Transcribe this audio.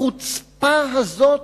החוצפה הזאת,